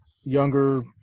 younger